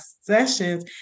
sessions